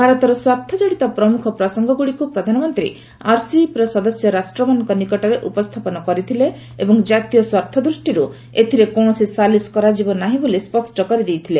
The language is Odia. ଭାରତର ସ୍ୱାର୍ଥଜଡ଼ିତ ପ୍ରମୁଖ ପ୍ରସଙ୍ଗଗୁଡ଼ିକ୍ ପ୍ରଧାନମନ୍ତ୍ରୀ ଆର୍ସିଇପିର ସଦସ୍ୟ ରାଷ୍ଟ୍ରମାନଙ୍କ ନିକଟରେ ଉପସ୍ଥାପନ କରିଥିଲେ ଏବଂ ଜାତୀୟ ସ୍ୱାର୍ଥ ଦୂଷ୍ଟିରୁ ଏଥିରେ କୌଣସି ସାଲିକ୍ କରାଯିବ ନାହିଁ ବୋଲି ସ୍ୱଷ୍ଟ କରିଦେଇଥିଲେ